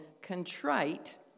contrite